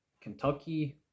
Kentucky